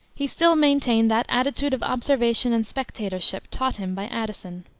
he still maintained that attitude of observation and spectatorship taught him by addison.